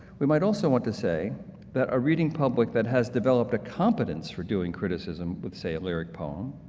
we might also want to say that are reading public that has developed a competence for doing criticism, with say a lyric poem,